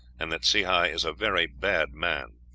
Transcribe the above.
and that sehi is a very bad man.